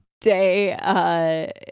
day